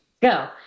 Go